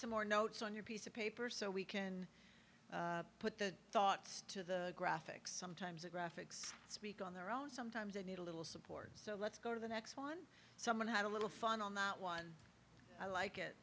some more notes on your piece of paper so we can put the thoughts to the graphics sometimes the graphics speak on their own sometimes they need to live so let's go to the next one someone had a little fun on that one i like it